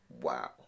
Wow